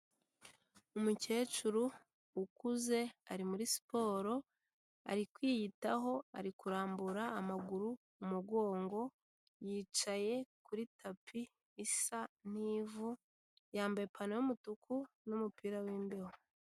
Umukecuru ukuze ari muri siporo ari kwiyitaho, ari kurambura amaguru, umugongo, yicaye kuri tapi isa n'ivu, yambaye ipantaro y'umutuku n'umupira w'imbeho.